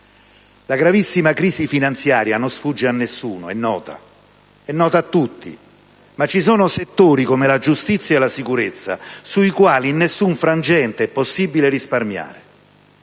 La gravissima crisi finanziaria non sfugge a nessuno, è nota a tutti, ma ci sono settori, come la giustizia e la sicurezza, sui quali in nessun frangente è possibile risparmiare.